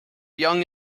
young